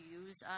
use